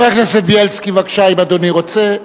חבר הכנסת בילסקי, בבקשה, אם אדוני רוצה.